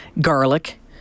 garlic